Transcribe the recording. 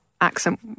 accent